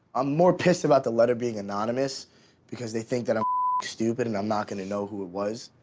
i'm more pissed about the letter being anonymous because they think that i'm stupid and i'm not gonna know who it was.